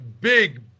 Big